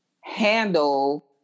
handle